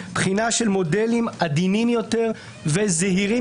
בחינה של מודלים עדינים יותר וזהירים